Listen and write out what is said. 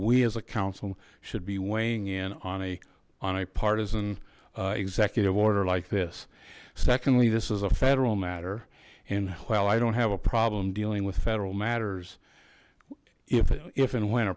we as a council should be weighing in on a on a partisan executive order like this secondly this is a federal matter and well i don't have a problem dealing with federal matters if if and w